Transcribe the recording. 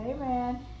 Amen